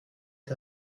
est